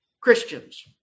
Christians